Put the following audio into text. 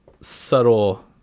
subtle